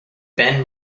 ben